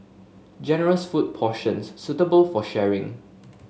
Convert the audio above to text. generous food portions suitable for sharing